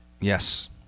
Yes